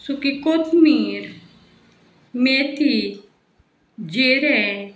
सुकी कोथमीर मेथी जिरें